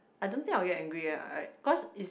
I don't think I will get angry ah I cause is